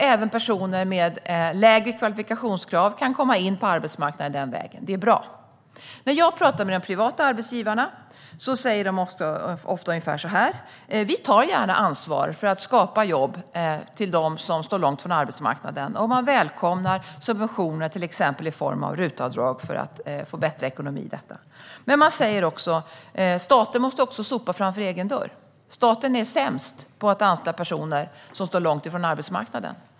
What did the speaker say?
Även personer med lägre kvalifikationer kan komma in på arbetsmarknaden den vägen. Det är bra! När jag pratar med de privata arbetsgivarna säger de ofta att de gärna tar ansvar för att skapa jobb till dem som står långt från arbetsmarknaden. De välkomnar subventioner i form av till exempel RUT-avdrag för att få bättre ekonomi i detta. De säger också att staten måste sopa rent framför egen dörr. Staten är sämst på att anställa personer som står långt från arbetsmarknaden.